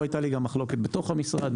פה הייתה לי גם מחלוקת בתוך המשרד,